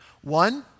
One